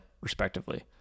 respectively